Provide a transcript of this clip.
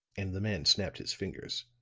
and the man snapped his fingers.